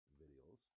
videos